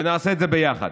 ונעשה את זה ביחד.